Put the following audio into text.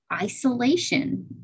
isolation